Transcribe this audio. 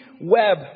web